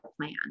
plan